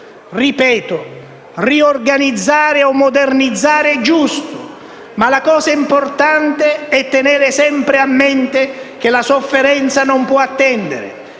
ripeto: riorganizzare o modernizzare è giusto, ma la cosa importante è tenere sempre a mente che la sofferenza non può attendere